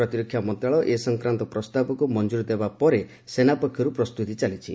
ପ୍ରତିରକ୍ଷା ମନ୍ତ୍ରଶାଳୟ ଏ ସଂକ୍ରାନ୍ତ ପ୍ରସ୍ତାବକୁ ମଞ୍ଜୁରି ଦେବା ପରେ ସେନା ପକ୍ଷରୁ ପ୍ରସ୍ତୁତି ଚାଲିଛି